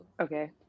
Okay